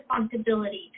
responsibility